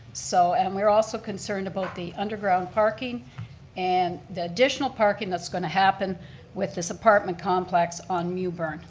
so and we're also concerned about the underground parking and the additional parking that's going to happen with this apartment complex on mewburn.